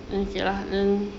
okay lah then